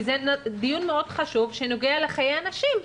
הוא דיון מאוד חשוב שנוגע לחיי אנשים,